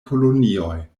kolonioj